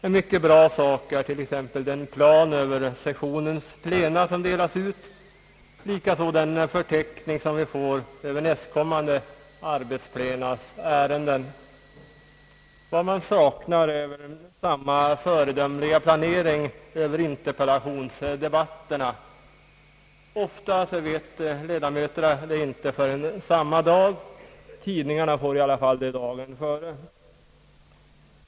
En mycket bra sak är t.ex. den plan över sessionens plena, som delas ut, likaså den förteckning som vi får över nästkommande arbetsplenas ärenden. Vad man saknar är samma föredömliga planering över interpellationsdebatterna. Ofta vet ledamöterna inte förrän samma dag vilka interpellationer som skall besvaras, men tidningarna får i alla fall reda på det dagen innan.